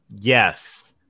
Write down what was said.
Yes